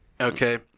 Okay